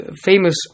famous